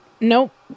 nope